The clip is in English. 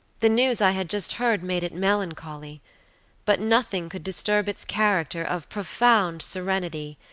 the news i had just heard made it melancholy but nothing could disturb its character of profound serenity,